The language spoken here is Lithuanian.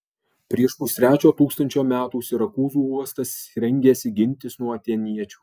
prieš pustrečio tūkstančio metų sirakūzų uostas rengėsi gintis nuo atėniečių